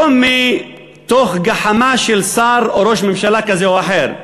לא מתוך גחמה של שר או ראש ממשלה כזה או אחר,